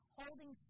holding